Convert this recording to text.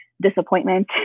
disappointment